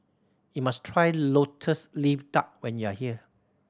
you must try Lotus Leaf Duck when you are here